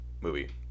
movie